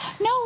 No